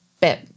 bit